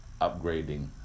upgrading